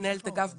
מנהלת אגף בכיר,